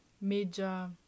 major